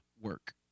work